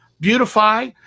beautify